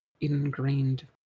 ingrained